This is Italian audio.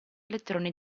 elettroni